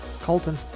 colton